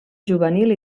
juvenil